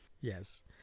Yes